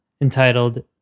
entitled